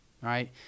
right